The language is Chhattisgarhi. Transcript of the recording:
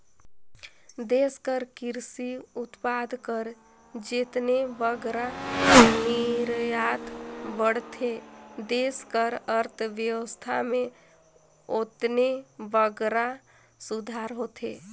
देस कर किरसी उत्पाद कर जेतने बगरा निरयात बढ़थे देस कर अर्थबेवस्था में ओतने बगरा सुधार होथे